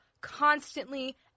constantly